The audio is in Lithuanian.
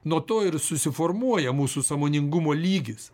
nuo to ir susiformuoja mūsų sąmoningumo lygis